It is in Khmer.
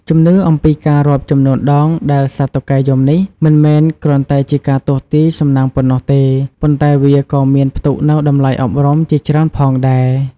ជំនឿអំពីការរាប់ចំនួនដងដែលសត្វតុកែយំនេះ មិនមែនគ្រាន់តែជាការទស្សន៍ទាយសំណាងប៉ុណ្ណោះទេ ប៉ុន្តែវាក៏មានផ្ទុកនូវតម្លៃអប់រំជាច្រើនផងដែរ។